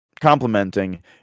complimenting